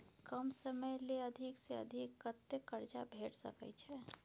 कम समय ले अधिक से अधिक कत्ते कर्जा भेट सकै छै?